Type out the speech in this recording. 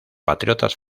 patriotas